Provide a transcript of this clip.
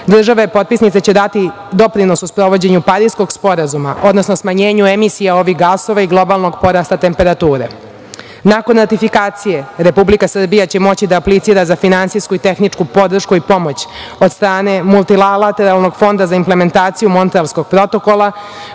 države potpisnice će dati doprinos u sprovođenju Pariskog sporazuma, odnosno smanjenju emisija ovih gasova i globalnog porasta temperature. Nakon ratifikacije, Republika Srbija će moći da aplicira za finansijsku i tehničku podršku i pomoć od strane Multilateralnog fonda za implementaciju Montrealskog protokola,